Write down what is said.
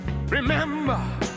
Remember